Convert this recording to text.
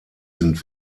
sind